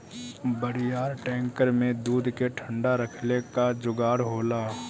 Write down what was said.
बड़ियार टैंकर में दूध के ठंडा रखले क जोगाड़ होला